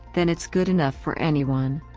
then it's good enough for anyone.